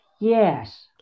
yes